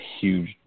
huge